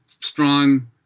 strong